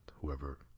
whoever